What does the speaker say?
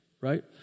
Right